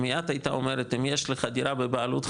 היא מיד הייתה אומרת "אם יש לך דירה בבעלותך,